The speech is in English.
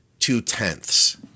two-tenths